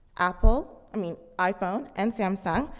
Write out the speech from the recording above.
apple, i mean, iphone, and samsung,